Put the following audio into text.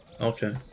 okay